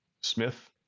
Smith